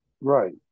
Right